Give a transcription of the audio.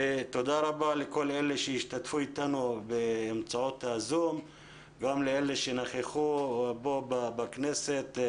תודה רבה לכל מי שהשתתף איתנו באמצעות הזום וגם למי שנכחו פה בכנסת,